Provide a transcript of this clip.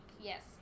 Yes